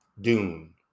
Dune